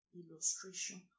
illustration